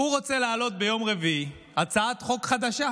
הוא רוצה להעלות ביום רביעי הצעת חוק חדשה.